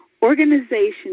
Organization